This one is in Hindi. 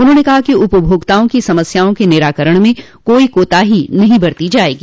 उन्होंने कहा कि उपभोक्ताओं की समस्याओं के निराकरण में कोई कोताही नहीं बरती जायेगी